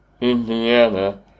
Indiana